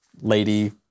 lady